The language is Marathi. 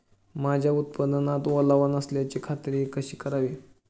माझ्या उत्पादनात ओलावा नसल्याची खात्री कशी करावी?